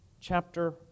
chapter